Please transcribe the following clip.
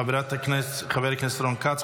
חבר הכנסת רון כץ,